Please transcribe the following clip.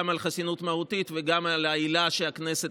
גם על חסינות מהותית וגם על העילה שהכנסת